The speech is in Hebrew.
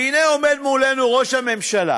והנה, עומד מולנו ראש הממשלה,